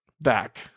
back